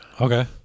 Okay